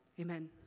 Amen